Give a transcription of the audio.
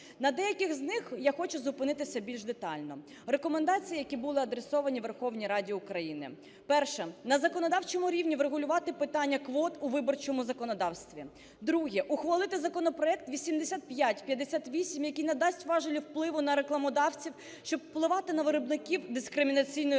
На деяких з них я хочу зупинитися більш детально. Рекомендації, які були адресовані Верховній Раді України. Перше. На законодавчому рівні врегулювати питання квот у виборчому законодавстві. Друге. Ухвалити законопроект 8558, який надасть важелі впливу на рекламодавців, щоб впливати на виробників дискримінаційної реклами.